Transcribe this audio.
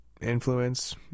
influence